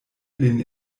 lin